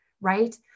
right